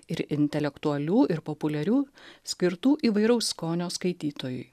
ir intelektualių ir populiarių skirtų įvairaus skonio skaitytojui